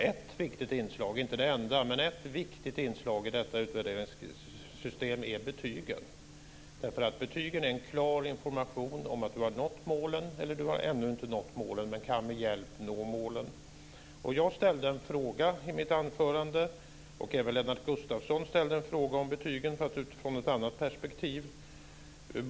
Ett viktigt inslag, inte det enda, i detta utvärderingssystem är betygen, därför att betygen är en klar information om att du har nått målen eller att du ännu inte har nått målen men med hjälp kan nå målen. Jag ställde i mitt anförande en fråga om betygen. Även Lennart Gustavsson ställde en fråga om betygen fast utifrån ett annat perspektiv.